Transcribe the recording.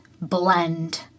blend